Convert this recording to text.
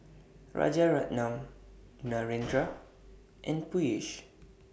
Rajaratnam Narendra and Peyush